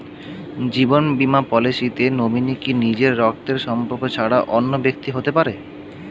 জীবন বীমা পলিসিতে নমিনি কি নিজের রক্তের সম্পর্ক ছাড়া অন্য ব্যক্তি হতে পারে?